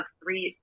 three